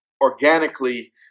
organically